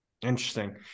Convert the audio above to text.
interesting